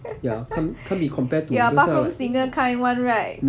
you're bathroom singer kind [one] right